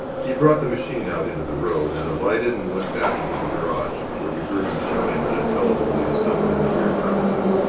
he brought the machine out into the road, and alighted and went back into the garage, where we heard him shouting unintelligibly to someone in the rear premises.